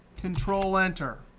control enter.